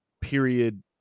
period